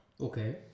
Okay